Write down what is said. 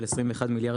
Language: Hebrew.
עוד לפני המחירים,